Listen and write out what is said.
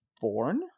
born